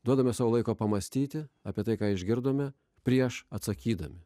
duodame sau laiko pamąstyti apie tai ką išgirdome prieš atsakydami